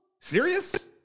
Serious